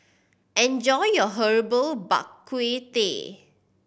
enjoy your Herbal Bak Ku Teh